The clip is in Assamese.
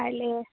কাইলৈ